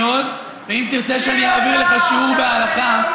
ואם תרצה שאני אעביר לך שיעור בהלכה,